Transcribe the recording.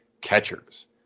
catchers